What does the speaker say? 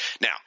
Now